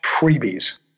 freebies